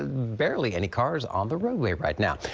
ah barely any cars on the roadway right now.